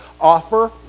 Offer